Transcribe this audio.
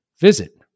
Visit